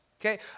Okay